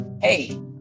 hey